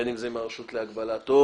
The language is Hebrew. בין אם זה העניין של הרשות לאיסור הלבנת הון,